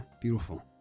beautiful